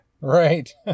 Right